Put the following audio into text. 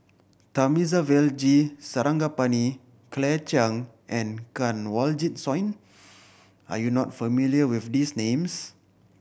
Thamizhavel G Sarangapani Claire Chiang and Kanwaljit Soin are you not familiar with these names